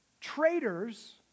traitors